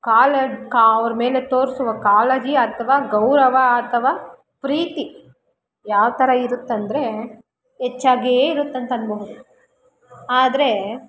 ಕಾಳಜಿ ಕಾ ಅವ್ರ ಮೇಲೆ ತೋರಿಸುವ ಕಾಳಜಿ ಅಥ್ವಾ ಗೌರವ ಅಥವಾ ಪ್ರೀತಿ ಯಾವ ಥರ ಇರುತ್ತೆಂದರೆ ಹೆಚ್ಚಾಗೇ ಇರುತ್ತೆ ಅಂತೆನ್ನಬಹುದು ಆದರೆ